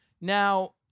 Now